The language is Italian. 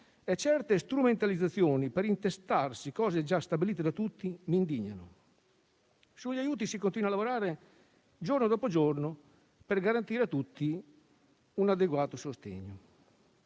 e certe strumentalizzazioni per intestarsi cose già stabilite da tutti mi indignano. Sugli aiuti si continua a lavorare giorno dopo giorno per garantire a tutti un adeguato sostegno.